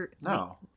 No